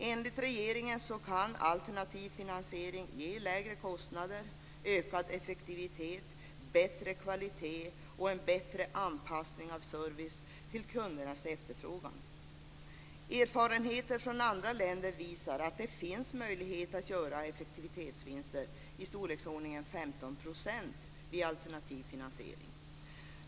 Enligt regeringen kan alternativ finansiering ge lägre kostnader, ökad effektivitet, bättre kvalitet och en bättre anpassning av service till kundernas efterfrågan. Erfarenheter från andra länder visar att det finns möjlighet att göra effektivitetsvinster i storleksordningen 15 % vid alternativ finansiering.